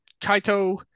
Kaito